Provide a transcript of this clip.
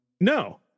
No